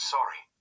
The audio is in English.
Sorry